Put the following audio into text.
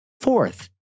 Fourth